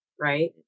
Right